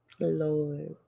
Lord